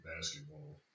basketball